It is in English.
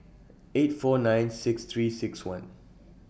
eight four nine six three six one